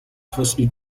forced